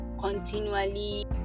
continually